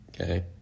okay